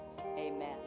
amen